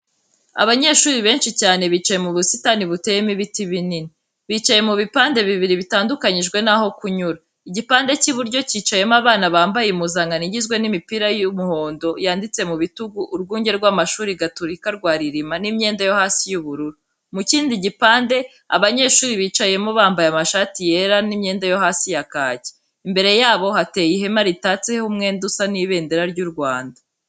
Abanyeshuri benshi cyane bicaye mu busitani buteyemo ibiti binini. Bicaye mu bipande bibiri bitandukanyijwe naho kunyura. Igipande cy'iburyo cyicayemo abana bambaye impuzankano igizwe n'imipira y'umuhondo yanditseho mu bitugu, Urwunge rw'Amashuri Gaturika rwa Rilima n'imyenda yo hasi y'ubururu. Mu kindi gipande, abanyeshuri bicayemo bambaye amashati yera n'imyenda yo hasi ya kaki. Imbere yabo, hateye ihema ritatseho umwenda usa n'ibendera ry'u Rwanda.